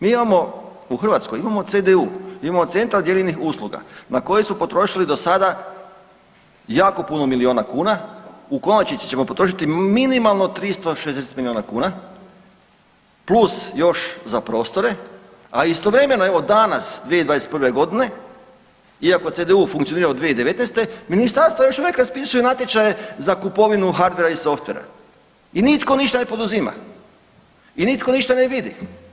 Mi imamo u Hrvatskoj imamo CDU, imamo Centar dijeljenih usluga na koje su potrošili do sada jako puno milijuna kuna u konačnici ćemo potrošiti minimalno 360 milijuna kuna plus još za prostore, a istovremeno evo danas 2021.g. iako CDU funkcionira od 2019. ministarstvo još uvijek raspisuje natječaje za kupovinu hardvera i softvera i nitko ništa ne poduzima i nitko ništa ne vidi.